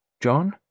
John